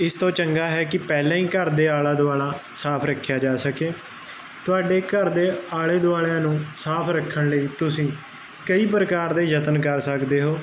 ਇਸ ਤੋਂ ਚੰਗਾ ਹੈ ਕਿ ਪਹਿਲਾਂ ਹੀ ਘਰ ਦੇ ਆਲਾ ਦੁਆਲਾ ਸਾਫ ਰੱਖਿਆ ਜਾ ਸਕੇ ਤੁਹਾਡੇ ਘਰ ਦੇ ਆਲੇ ਦੁਆਲਿਆਂ ਨੂੰ ਸਾਫ ਰੱਖਣ ਲਈ ਤੁਸੀਂ ਕਈ ਪ੍ਰਕਾਰ ਦੇ ਯਤਨ ਕਰ ਸਕਦੇ ਹੋ